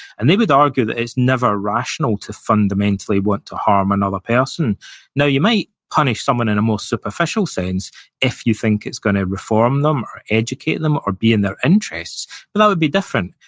and they would argue that it's never rational rational to fundamentally want to harm another person now, you might punish someone in a more superficial sense if you think it's going to reform them, or educate them, or be in their interests, but that would be different,